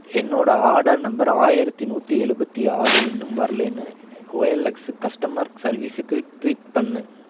என்னோட order number ஆயிரத்து நூற்றி எழுபத்தி ஆறு இன்னும் வரலேன்னு ஓஎல்எக்ஸு கஸ்டமர் சர்வீஸுக்கு ட்வீட் பண்ணு